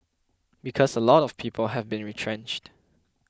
because a lot of people have been retrenched